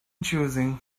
choosing